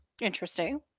interesting